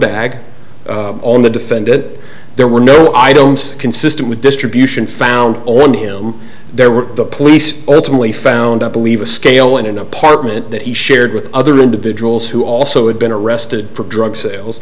bag on the defended there were no i don't see consistent with distribution found on him there were the police ultimately found out believe a scale in an apartment that he shared with other individuals who also had been arrested for drug sales